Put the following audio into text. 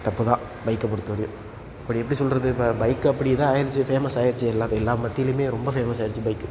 தப்பு தான் பைக்கை பொறுத்த வரையும் இப்போ எப்படி சொல்வது இப்போ பைக் அப்படி தான் ஆயிடுச்சி ஃபேமஸ் ஆயிடுச்சி எல்லாம் இப்போ எல்லாரும் மத்தியிலியுமே ரொம்ப ஃபேமஸ் ஆயிடுச்சு பைக்கு